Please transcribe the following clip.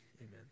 Amen